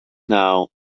now